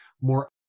more